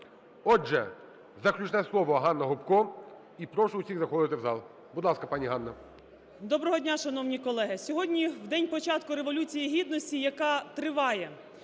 Отже, заключне слово. ГаннаГопко. І прошу усіх заходити в зал. Будь ласка, пані Ганна. 11:36:02 ГОПКО Г.М. Доброго дня, шановні колеги. Сьогодні в день початку Революції Гідності, яка триває,